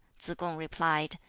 tsz-kung replied,